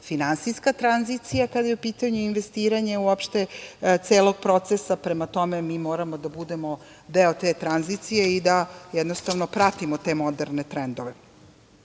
finansijska tranzicija, kada je u pitanju investiranje celog procesa. Prema tome, mi moramo da budemo deo te tranzicije i da pratimo te moderne trendove. Izveštaj